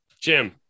Jim